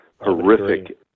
horrific